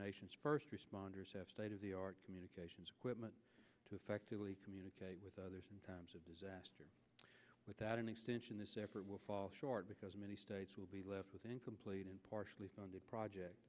nation's first responders have state of the art communications equipment to effectively communicate with others in times of disaster without an extension this effort will fall short because many states will be left with incomplete and partially funded project